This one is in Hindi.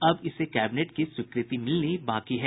अब इसे कैबिनेट की स्वीकृति मिलनी बाकी है